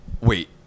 wait